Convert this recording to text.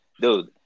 dude